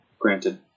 Granted